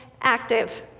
active